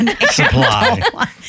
supply